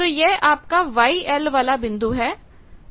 तो यह आपका YL वाला बिंदु है